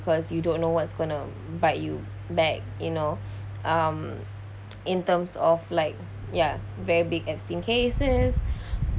because you don't know what's going to bite you back you know um in terms of like ya very big epstein cases